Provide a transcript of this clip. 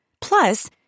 Plus